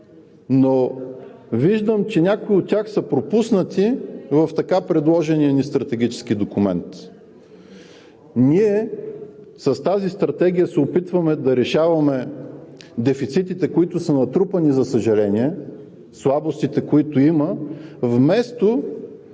но виждам, че някои от тях са пропуснати в предложения ни стратегически документ. С тази стратегия ние се опитваме да решаваме дефицитите, които са натрупани, за съжаление, слабостите, които има, вместо